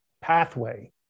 pathway